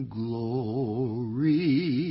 glory